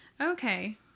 Okay